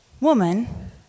Woman